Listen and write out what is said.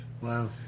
Wow